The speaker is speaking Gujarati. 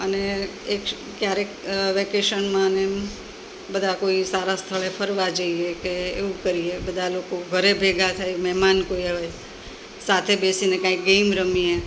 અને એક ક્યારેક વેકેશનમાં ને એમ બધા કોઈ સારાં સ્થળે ફરવા જઈએ કે એવું કરીએ બધાં લોકો ઘરે ભેગા થઈ મહેમાન કોઈ આવે સાથે બેસીને કાંઇક ગેમ રમીએ